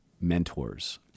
mentors